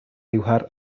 dibujar